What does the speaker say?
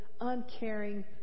uncaring